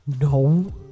no